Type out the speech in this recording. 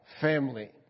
family